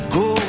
go